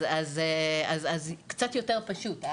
אז קצת יותר פשוט.